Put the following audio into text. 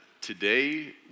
today